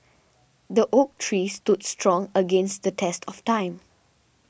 the oak tree stood strong against the test of time